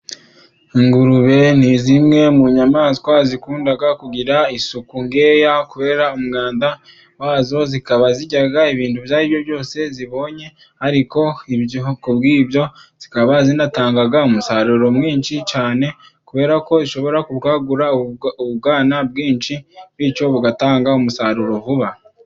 Ingurube ni zimwe mu nyamaswa zikunda kugira isuku nkeya, kubera umwanda wazo, zikaba zirya ibintu ibyo aribyo byose zibonye, ariko ku bw'ibyo zikaba zinatanga umusaruro mwinshi cyane, kubera ko ishobora kubwagura ububwana bwinshi, bityo bugatanga umusaruro vuba.